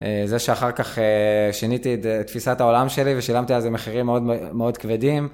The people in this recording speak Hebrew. זה שאחר כך שיניתי את תפיסת העולם שלי ושילמתי על זה מחירים מאוד מאוד כבדים.